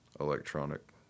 electronic